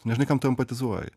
nežinai kam tu empatizuoji